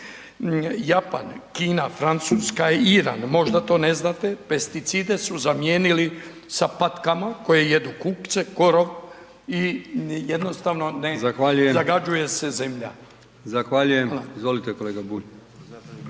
Japan, Kina, Francuska i Iran možda to ne znate pesticide su zamijenili sa patkama koje jedu kukce, korov i jednostavno ne zagađuje se zemlja. **Brkić, Milijan (HDZ)** Zahvaljujem. Izvolite kolega Bulj.